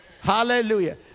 Hallelujah